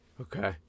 Okay